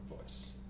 voice